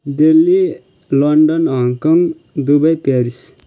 Delhi London Hong Kong Dubai Paris